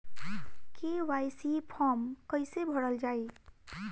KYC form कइसे भरल जाइ?